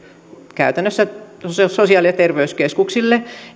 sosiaali ja terveyskeskuksille